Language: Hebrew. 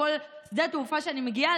לכל שדה תעופה שאני מגיעה,